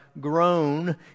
grown